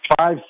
five